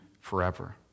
forever